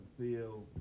feel